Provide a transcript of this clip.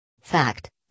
Fact